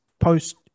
post